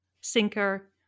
sinker